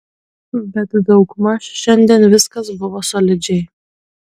bet daugmaž šiandien viskas buvo solidžiai